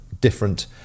different